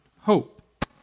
hope